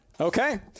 Okay